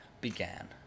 began